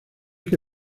que